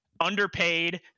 underpaid